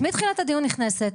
את מתחילת הדיון נכנסת,